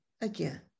again